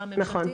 ממשלתית?